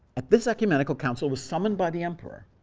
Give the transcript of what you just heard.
and this ecumenical council was summoned by the emperor,